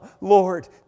Lord